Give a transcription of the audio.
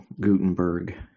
Gutenberg